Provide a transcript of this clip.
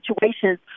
situations